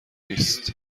نیست